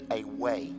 away